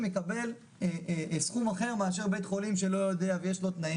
יקבל סכום אחר מאשר בית חולים שלא יודע ויש לו תנאים דומים.